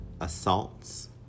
assaults